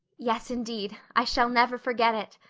yes, indeed. i shall never forget it,